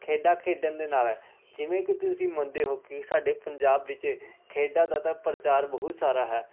ਖੇਡਾਂ ਖੇਡਣ ਦੇ ਨਾਲ ਜਿਵੇਂ ਕਿ ਤੁਸੀਂ ਮੰਨਦੇ ਹੋ ਕਿ ਸਾਡੇ ਪੰਜਾਬ ਵਿੱਚ ਖੇਡਾਂ ਦਾ ਤਾਂ ਪ੍ਰਚਾਰ ਬਹੁਤ ਸਾਰਾ ਹੈ